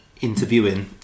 interviewing